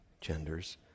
genders